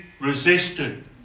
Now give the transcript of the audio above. resisted